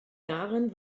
jahren